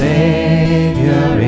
Savior